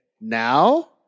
now